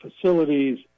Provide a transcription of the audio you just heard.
facilities